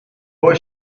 boy